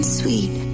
sweet